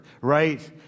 right